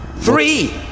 Three